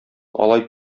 алай